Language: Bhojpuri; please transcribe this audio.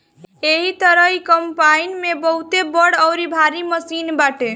एही तरही कम्पाईन भी बहुते बड़ अउरी भारी मशीन बाटे